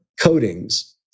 coatings